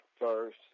first